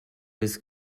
this